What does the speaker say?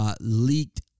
Leaked